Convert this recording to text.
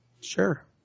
Sure